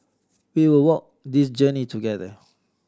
we will walk this journey together